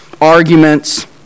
arguments